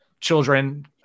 children